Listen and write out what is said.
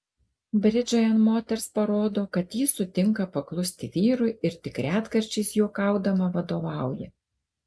bridžai ant moters parodo kad ji sutinka paklusti vyrui ir tik retkarčiais juokaudama vadovauja